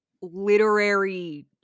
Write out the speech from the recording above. literary